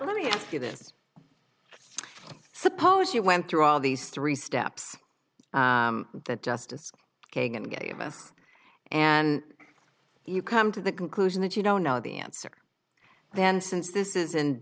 let me ask you this suppose you went through all these three steps that justice kagan gave us and you come to the conclusion that you don't know the answer then since this is in